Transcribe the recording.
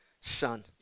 son